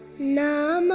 know